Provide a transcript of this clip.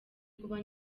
kuba